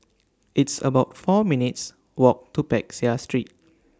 It's about four minutes' Walk to Peck Seah Street